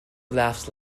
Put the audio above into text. laughs